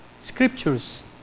scriptures